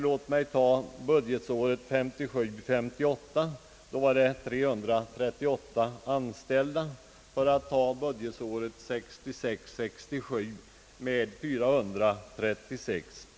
Låt mig ta budgetåret 1957 67, då antalet anställda var 436.